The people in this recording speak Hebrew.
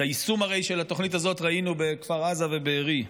הרי את היישום של התוכנית הזאת ראינו בכפר עזה ובארי,